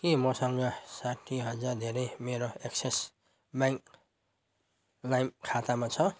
के मसँग साठी हजार धेरै मेरो एक्सिस ब्याङ्क लाइम खातामा छ